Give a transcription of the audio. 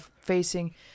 facing